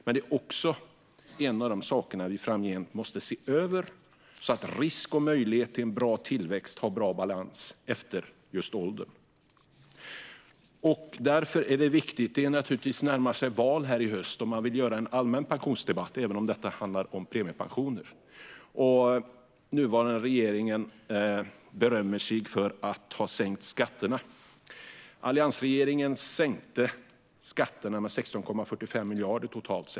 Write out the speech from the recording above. Men detta är också en av de saker som vi framgent måste se över, så att risk och möjlighet till en bra tillväxt har bra balans efter ålder. Höstens val närmar sig, och man vill ha en allmän pensionsdebatt, även om detta handlar om premiepensioner. Nuvarande regering berömmer sig för att ha sänkt skatterna. Alliansregeringen sänkte totalt sett skatterna med 16,45 miljarder.